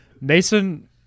Mason